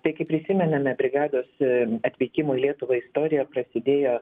tai kai prisiminėme brigados atvykimo į lietuvą istorija prasidėjo